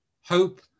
Hope